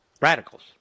radicals